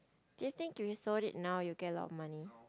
do you think if you sold it now you will get a lot of money